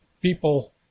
People